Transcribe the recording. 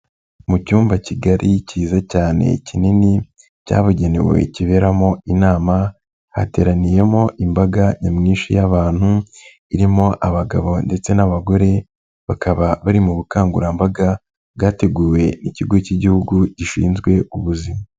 Mu cyumba kigari cyiza cyane kinini cyabugenewe kiberamo inama, hateraniyemo imbaga nyamwinshi y'abantu irimo abagabo ndetse n'abagore bakaba bari mu bukangurambaga bwateguwe n'Ikigo k'Igihugu gishinzwe Ubuzima.